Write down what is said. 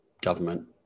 government